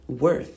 worth